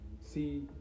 See